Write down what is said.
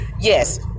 Yes